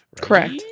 Correct